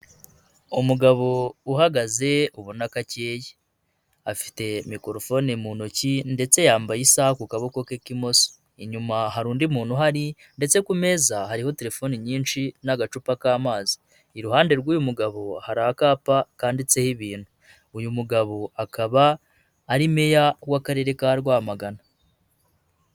Umugabo uhagaze ubona akeye, afite mikorofone mu ntoki ndetse yambaye isaha ku kuboko ke k'ibumoso, inyuma hari undi muntu uhari ndetse ku meza hariho telefoni nyinshi n'agacupa k'amaza, iruhande rw'uyu mugabo hari akapa kanditseho ibintu, uyu mugabo akaba ari meya w'Akarere ka Rwamagana.